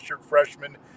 freshman